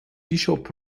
bishop